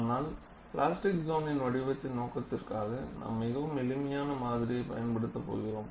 ஆனால் பிளாஸ்டிக் சோனின் வடிவத்தின் நோக்கத்திற்காக நாம் மிகவும் எளிமையான மாதிரியை பயன்படுத்தப் போகிறோம்